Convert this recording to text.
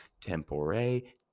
tempore